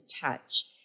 touch